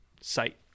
site